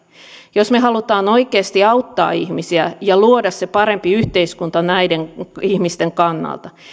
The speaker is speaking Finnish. jos me haluamme oikeasti auttaa ihmisiä ja luoda sen paremman yhteiskunnan näiden ihmisten kannalta